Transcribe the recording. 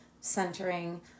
centering